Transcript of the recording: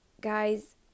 guys